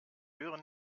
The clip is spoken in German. höre